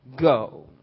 go